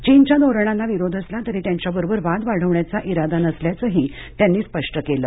चीनच्या धोरणांना विरोध असला तरी त्यांच्याबरोबर वाद वाढवण्याचा ज्ञादा नसल्याचंही त्यांनी स्पष्ट केलं